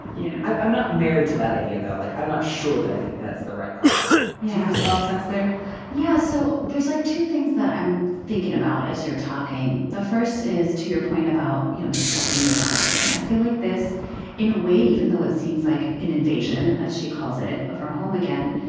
yeah i'm not married to that idea though. like i'm not sure that i think that's the right call. you have a strong sense there yeah. so there's like two things that i'm thinking about as you're talking. the first is to your point about you know discussing with the husband. i feel like this in a way even though it seems like an invasion as she calls it of her home again.